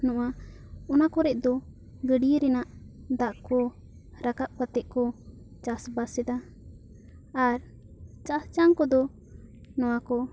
ᱱᱚᱣᱟ ᱚᱱᱟ ᱠᱚᱨᱮ ᱫᱚ ᱜᱟᱹᱰᱤᱭᱟᱹ ᱨᱮᱱᱟᱜ ᱫᱟᱜ ᱠᱚ ᱨᱟᱠᱟᱵ ᱠᱟᱛᱮ ᱠᱚ ᱪᱟᱥ ᱵᱟᱥ ᱮᱫᱟ ᱟᱨ ᱪᱟᱦᱪᱟᱝ ᱠᱚ ᱫᱚ ᱱᱚᱣᱟ ᱠᱚ